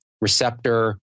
receptor